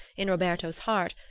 in roberto's heart,